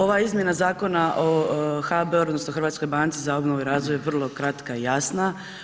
Ova izmjena Zakona o HBOR-u, odnosno Hrvatskoj banci za obnovu i razvoj je vrlo kratka i jasna.